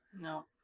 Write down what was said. No